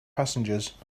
passengers